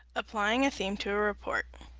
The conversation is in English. applying a theme to a report.